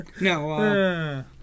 No